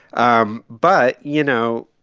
um but, you know,